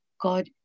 God